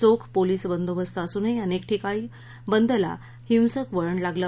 चोख पोलीस बंदोबस्त असूनही अनक्विठिकाणी बंदला हिंसक वळण लागलं